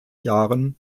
jahren